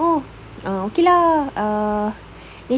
oh ah okay lah uh